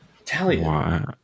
italian